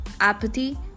apathy